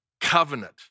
covenant